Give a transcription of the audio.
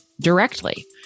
directly